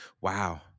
Wow